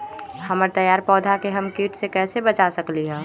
हमर तैयार पौधा के हम किट से कैसे बचा सकलि ह?